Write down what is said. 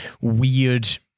weird